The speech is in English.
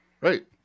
Right